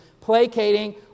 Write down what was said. placating